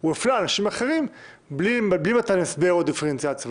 הוא הפלה אנשים אחרים בלי מתן הסדר או דיפרנציאציה.